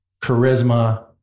charisma